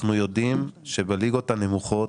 אנחנו יודעים שבליגות הנמוכות,